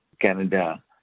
Canada